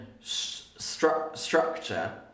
Structure